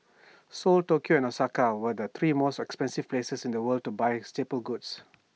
Seoul Tokyo and Osaka were the three most expensive places in the world to buy staple goods